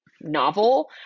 novel